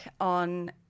on